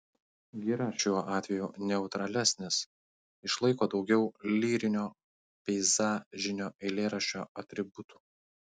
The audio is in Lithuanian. gira šiuo atveju neutralesnis išlaiko daugiau lyrinio peizažinio eilėraščio atributų